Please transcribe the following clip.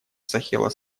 сахело